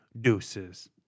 deuces